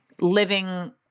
living